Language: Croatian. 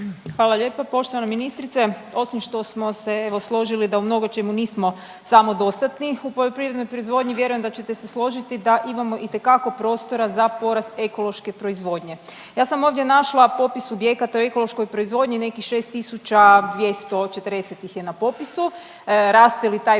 Hvala lijepa. Poštovana ministrice osim što smo se evo složili da u mnogo čemu nismo samodostatni u poljoprivrednoj proizvodnji vjerujem da ćete se složiti da imamo itekako prostora za porast ekološke proizvodnje. Ja sam ovdje našla popis subjekata o ekološkoj proizvodnji, nekih 6.240 ih je na popisu, raste li taj